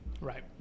Right